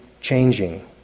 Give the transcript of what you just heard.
changing